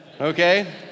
okay